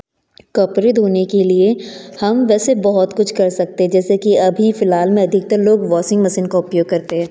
कपड़े धोने के लिए हम वैसे बहुत कुछ कर सकते हैं जैसे कि अभी फ़िलहाल में अधिकतर लोग वॉसिंग मसीन का उपयोग करते हैं